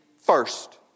first